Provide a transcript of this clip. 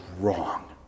wrong